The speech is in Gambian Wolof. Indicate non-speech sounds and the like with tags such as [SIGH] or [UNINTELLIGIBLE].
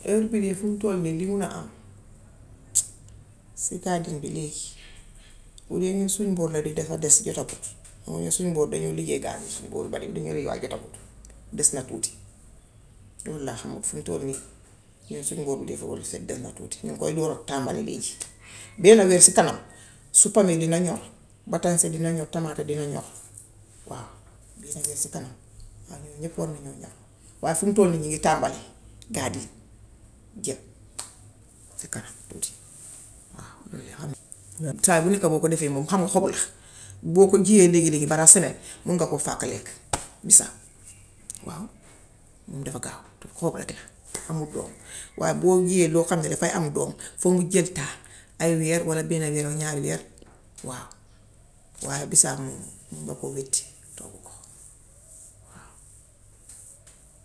Heure bii de fim toll nii liñ mun a am si karce bi lii. Bu dee ñun suñ bor bi defaa des jotab. Xam nga ñun suñ doom yi liñoo liggéey gàmbi si nguur bariwul li ñuy lii gaa jotagut. Des na tuuti. Lool laa xamut fum toll nii [UNINTELLIGIBLE] ñuŋ koy door a tàmbali léegi. Benna weer si kanam suppome dina ñor, batañse dina ñor, tamaate dina ñor waaw, benna weer si kanam. Waaw ñoom ñépp war na ñoo ñor waaye fim tollu nii mingi tàmbali daadi jóg si kanam tuuti waaw lool de ham. Time bu njëkk boo ko defee xam nga xob wi, boo ko jiwee léegi-léegi balaa simen, mun nga koo fàkk lekk misaal waaw. Moom dafa gaaw, te xob rekk la, amul doom waaye boo li yee lu xam ne defaa am doom, fokk mu jël temps, ay weer walla benn weer, ñaari weer waaw waaye bisaab moom man nga koo witti, toggu ko.